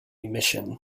mission